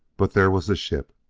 but there was the ship!